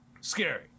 scary